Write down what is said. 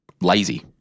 lazy